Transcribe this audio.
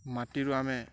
ମାଟିରୁ ଆମେ